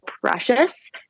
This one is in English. precious